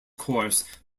course